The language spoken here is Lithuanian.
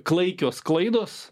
klaikios klaidos